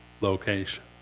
location